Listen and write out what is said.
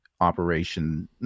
operation